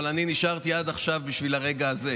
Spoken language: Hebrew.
אבל אני נשארתי עד עכשיו בשביל הרגע הזה.